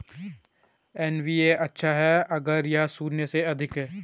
NPV अच्छा है अगर यह शून्य से अधिक है